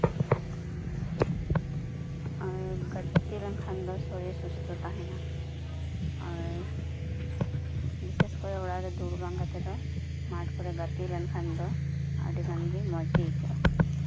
ᱜᱟᱛᱮ ᱞᱮᱱᱠᱟᱱ ᱫᱚ ᱥᱚᱨᱤᱨ ᱥᱩᱥᱛᱷᱚ ᱛᱟᱦᱮᱸᱱᱟ ᱟᱨ ᱵᱤᱥᱮᱥ ᱠᱚᱨᱮ ᱚᱲᱟᱜ ᱨᱮ ᱫᱩᱲᱩᱵᱟᱱ ᱜᱟᱛᱮ ᱫᱚ ᱢᱟᱴᱷ ᱠᱚᱨᱮ ᱜᱟᱛᱮ ᱞᱮᱱᱠᱷᱟᱱ ᱫᱚ ᱟᱹᱰᱤ ᱜᱟᱱ ᱜᱮ ᱢᱚᱸᱡ ᱜᱮ ᱟᱹᱭᱠᱟᱹᱜᱼᱟ